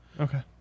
Okay